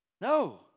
no